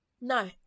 No